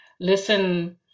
listen